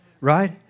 Right